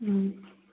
ꯎꯝ